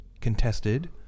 contested